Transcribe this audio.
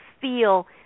feel